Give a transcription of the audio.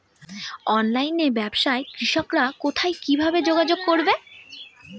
অনলাইনে ব্যবসায় কৃষকরা কোথায় কিভাবে যোগাযোগ করবে?